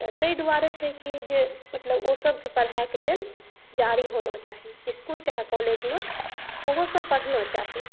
तऽ तै दुआरे छै की जे मतलब ओ सबके पढ़ए के लेल जारी होना चाही इसकुल चाहे कॉलेजमे ओहोसब पढ़ना चाही